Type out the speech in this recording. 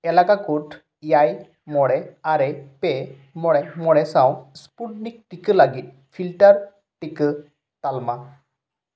ᱮᱞᱟᱠᱟ ᱠᱳᱰ ᱮᱭᱟᱭ ᱢᱚᱬᱮ ᱟᱨᱮ ᱯᱮ ᱢᱚᱬᱮ ᱢᱚᱬᱮ ᱥᱟᱶ ᱤᱥᱯᱩᱴᱱᱤᱠ ᱴᱤᱠᱟ ᱞᱟᱹᱜᱤᱫ ᱯᱷᱤᱞᱴᱟᱨ ᱴᱤᱠᱟ ᱛᱟᱞᱢᱟ